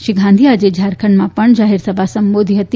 શ્રી ગાંધીએ આજે ઝારખંડમાં પણ જાહેરસભા સંબોધી હતી